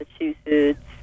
Massachusetts